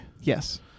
Yes